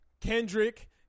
Kendrick